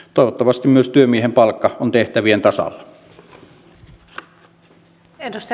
toivottavasti myös työmiehen palkka on tehtävien tasalla